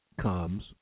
comes